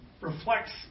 reflects